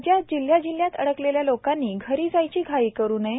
राज्यात जिल्हाजिल्ह्यात अडकलेल्या लोकांनी घरी जायची घाई करू नये